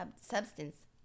substance